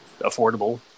affordable